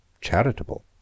charitable